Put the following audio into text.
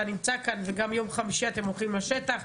נמצא כאן וגם יום חמישי אתם הולכים לשטח,